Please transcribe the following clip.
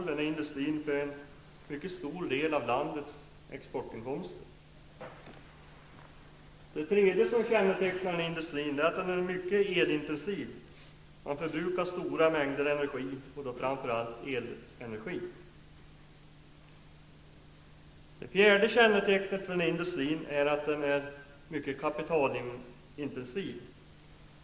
Den står för en mycket stor del av landets exportinkomster. 3. Den är mycket elintensiv. Stora mängder energi förbrukas, framför allt elenergi. 4. Den är mycket kapitalintensiv.